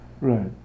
Right